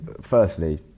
firstly